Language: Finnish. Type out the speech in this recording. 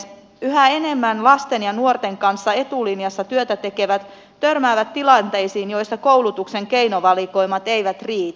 yhä enemmän lasten ja nuorten kanssa etulinjassa työtä tekevät törmäävät tilanteisiin joissa koulutuksen keinovalikoimat eivät riitä